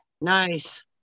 Nice